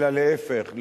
אלא להיפך,